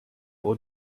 will